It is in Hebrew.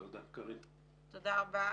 חברת הכנסת אלהרר,